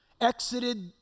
exited